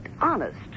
honest